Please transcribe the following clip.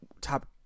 top